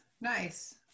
Nice